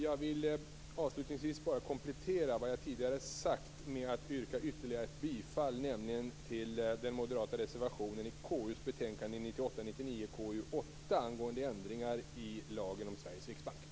Jag vill avslutningsvis bara komplettera vad jag tidigare sagt med att yrka ytterligare ett bifall, nämligen till den moderata reservationen i KU:s betänkande 1998/99:KU8 angående ändringar i lagen om Sveriges riksbank.